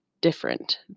different